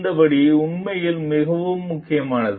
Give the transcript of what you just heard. இந்த படி உண்மையில் மிகவும் முக்கியமானது